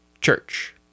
church